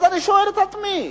אני שואל את עצמי: